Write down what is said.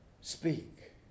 Speak